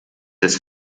des